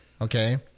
okay